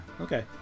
Okay